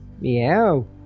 Meow